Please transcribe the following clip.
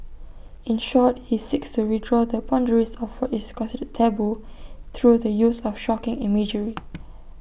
in short he seeks to redraw the boundaries of what is considered 'taboo' through the use of 'shocking' imagery